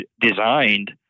designed